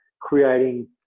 creating